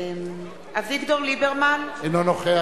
אביגדור ליברמן, אינו נוכח